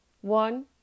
One